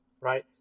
right